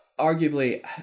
Arguably